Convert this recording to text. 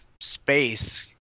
space